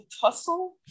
tussle